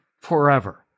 forever